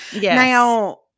Now